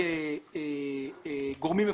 גורמים מפוקחים.